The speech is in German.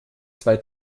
zwei